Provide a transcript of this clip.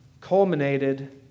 culminated